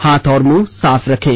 हाथ और मुंह साफ रखें